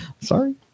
sorry